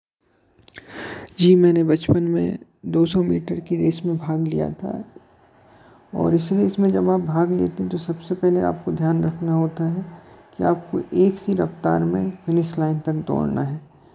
जी मैंने बचपन में दो सौ मीटर की रेस में भाग लिया था और इसलिए जब इसमें आप भाग लेते हैं तो जो सबसे पहले आपको ध्यान रखना होता है कि आपको एक सी रफ़्तार में फिनिश लाइन तक दौड़ना है